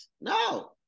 No